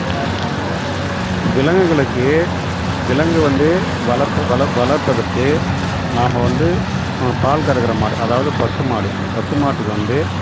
விலங்குகளுக்கு விலங்கு வந்து வளர்ப்பு வள வளர்ப்பதற்கு நாம் வந்து பால் கறக்கிற மாடு அதாவது பசுமாடு பசுமாட்டுக்கு வந்து